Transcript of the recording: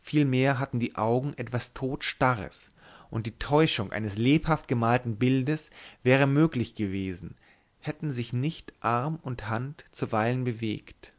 vielmehr hatten die augen etwas todstarres und die täuschung eines lebhaft gemalten bildes wäre möglich gewesen hätten sich nicht arm und hand zuweilen bewegt